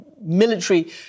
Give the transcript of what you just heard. military